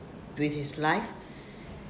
with his life